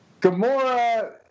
Gamora